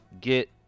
get